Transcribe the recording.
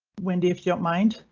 wendy. if you don't mind.